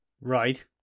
Right